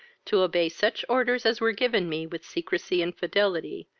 to obey such orders as were given me with secresy and fidelity,